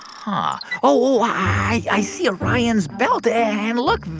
huh. oh, i see orion's belt. and look.